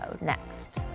Next